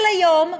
אבל היום,